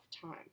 time